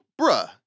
bruh